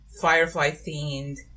Firefly-themed